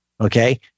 okay